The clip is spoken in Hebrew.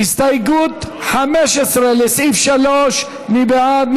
הסתייגות 15, לסעיף 3, מי בעד?